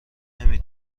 نمی